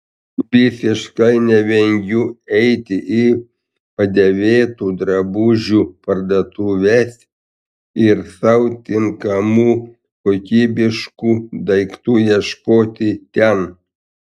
visiškai nevengiu eiti į padėvėtų drabužių parduotuves ir sau tinkamų kokybiškų daiktų ieškoti ten